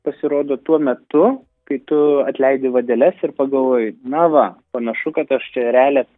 pasirodo tuo metu kai tu atleidi vadeles ir pagalvoji na va panašu kad aš čia realią